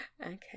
Okay